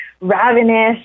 ravenous